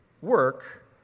work